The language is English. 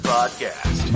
Podcast